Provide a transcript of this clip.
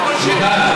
מיכל.